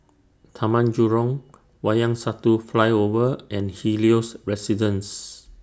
Taman Jurong Wayang Satu Flyover and Helios Residences